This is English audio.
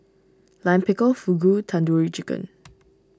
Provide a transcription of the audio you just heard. Lime Pickle Fugu Tandoori Chicken